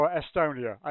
estonia